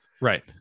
Right